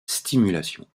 stimulation